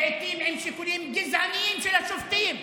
לעיתים משיקולים גזעניים של השופטים.